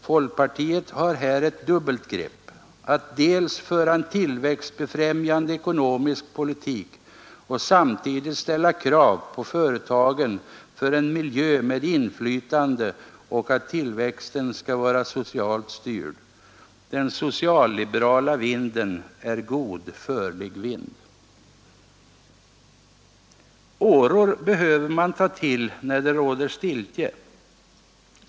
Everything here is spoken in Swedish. Folkpartiet har här ett dubbelt grepp: att föra en tillväxtbefrämjande ekonomisk politik och samtidigt ställa krav på företagen för en miljö med inflytande och krav på att tillväxten skall vara socialt styrd. Den socialliberala vinden är god förlig vind. Åror behöver man ta till när det råder stiltje.